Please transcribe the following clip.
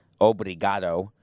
obrigado